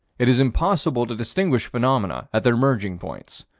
it is impossible to distinguish phenomena at their merging-points,